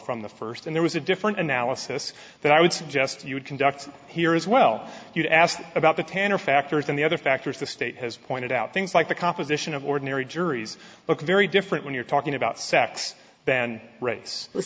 from the first and there was a different analysis that i would suggest you would conduct here as well you asked about the tenor factors and the other factors the state has pointed out things like the composition of ordinary juries look very different when you're talking about sex than